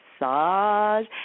massage